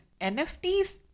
NFTs